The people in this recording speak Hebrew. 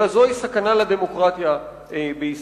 אלא זוהי סכנה לדמוקרטיה בישראל.